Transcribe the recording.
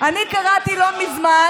אני קראתי לא מזמן,